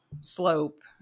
slope